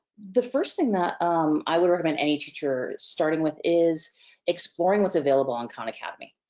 the first thing that i would recommend any teacher starting with is exploring what's available on khan academy.